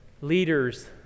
leaders